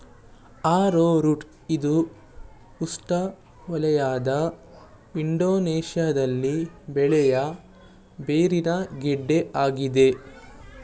arrowroot ಇದು ಉಷ್ಣವಲಯದ ಇಂಡೋನೇಶ್ಯದಲ್ಲಿ ಬೆಳೆಯ ಬೇರಿನ ಗೆಡ್ಡೆ ಆಗಿದೆ